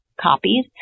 copies